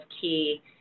key